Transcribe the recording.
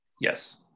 Yes